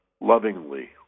lovingly